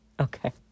Okay